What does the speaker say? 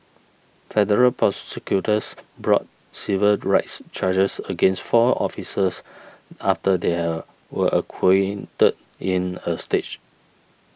federal prosecutors brought civil rights charges against four officers after they are were acquitted in a stage